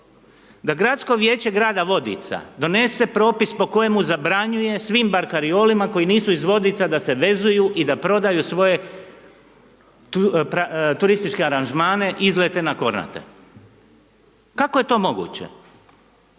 Da gradsko vijeće grada Vodica donese propis po kojemu zabranjuje svim barkarolama koji nisu iz Vodica da se vezuju i da prodaju svoje turističke aranžmane, izlete na Kornate, kako je to moguće?